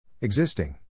Existing